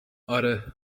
آره